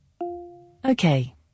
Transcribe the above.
Okay